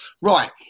Right